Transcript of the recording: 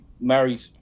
married